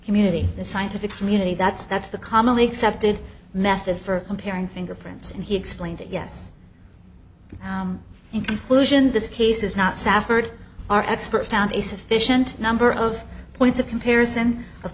community the scientific community that's that's the commonly accepted method for comparing fingerprints and he explained that yes in conclusion this case is not safford our expert found a sufficient number of points of comparison of